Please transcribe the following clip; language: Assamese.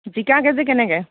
জিকা কেজি কেনেকৈ